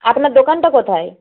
আপনার দোকানটা কোথায়